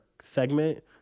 segment